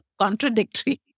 contradictory